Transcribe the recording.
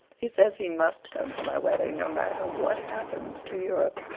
he says he must come to my wedding, no matter what happens to europe.